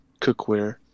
cookware